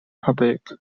public